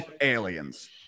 aliens